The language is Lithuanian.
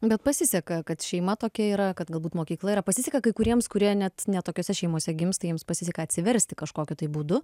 bet pasiseka kad šeima tokia yra kad galbūt mokykla yra pasiseka kai kuriems kurie net ne tokiose šeimose gimsta jiems pasiseka atsiversti kažkokiu būdu